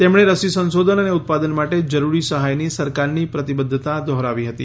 તેમણે રસી સંશોધન અને ઉત્પાદન માટે જરૂરી સહાયની સરકારની પ્રતિબદ્વતા દોહરાવી હતી